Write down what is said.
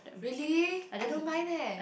really I don't mind eh